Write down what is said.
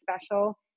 special